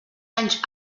anys